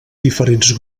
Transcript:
diferents